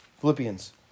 Philippians